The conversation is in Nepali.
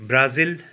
ब्राजिल